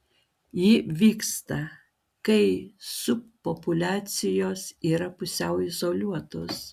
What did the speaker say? ji vyksta kai subpopuliacijos yra pusiau izoliuotos